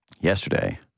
Yesterday